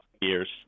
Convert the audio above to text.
years